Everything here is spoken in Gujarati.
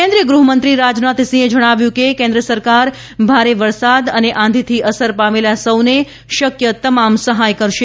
કેન્દ્રિય ગૃહમંત્રી રાજનાથસિંહે જણાવ્યું કે કેન્દ્ર સરકાર ભારે વરસાદ અને આંધીથી અસર પામેલા સૌને શક્ય તમામ સહાય કરશે